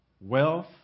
wealth